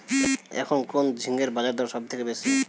এখন কোন ঝিঙ্গের বাজারদর সবথেকে বেশি?